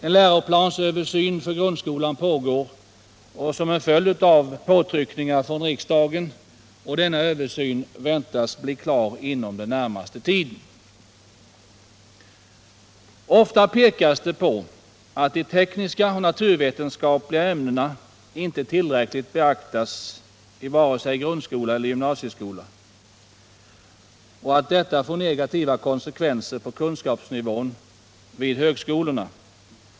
En läroplansöversyn för grundskolan pågår som en följd av påtryckningar från riksdagen. Denna översyn väntas bli klar inom den närmaste tiden. Ofta pekas det på att de tekniska och naturvetenskapliga ämnena inte tillräckligt beaktas i vare sig grundskolan eller gymnasieskolan och att detta får negativa konsekvenser på kunskapsnivån vid högskolorna.